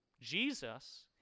Jesus